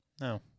No